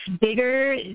bigger